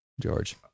George